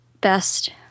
best